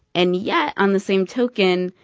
and yet on the same token,